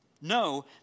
No